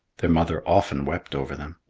their mother often wept over them.